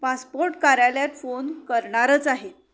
passport कार्यालयात phone करणारच आहे